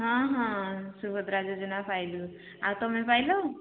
ହଁ ହଁ ସୁଭଦ୍ରା ଯୋଜନା ପାଇଲୁ ଆଉ ତୁମେ ପାଇଲ